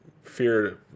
Fear